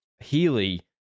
Healy